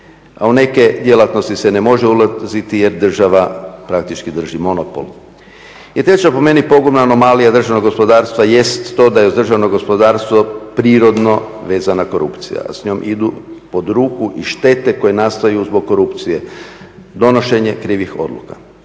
A u neke djelatnosti se ne može ulaziti jer država praktički drži monopol. … po meni pogubna anomalija državnog gospodarstva jest to da je uz državno gospodarstvo prirodno vezana korupcija, a s njom idu pod ruku i štete koje nastaju zbog korupcije, donošenje krivih odluka.